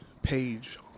Page